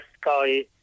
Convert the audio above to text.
Sky